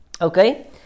Okay